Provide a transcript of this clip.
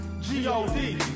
G-O-D